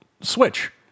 switch